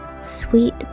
Sweet